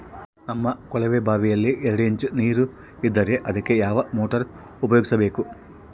ನಮ್ಮ ಕೊಳವೆಬಾವಿಯಲ್ಲಿ ಎರಡು ಇಂಚು ನೇರು ಇದ್ದರೆ ಅದಕ್ಕೆ ಯಾವ ಮೋಟಾರ್ ಉಪಯೋಗಿಸಬೇಕು?